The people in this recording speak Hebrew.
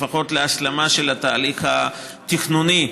לפחות להשלמה של התהליך התכנוני,